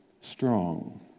strong